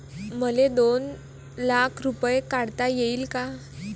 मले दोन लाख रूपे काढता येईन काय?